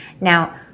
Now